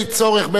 אז הכנסת,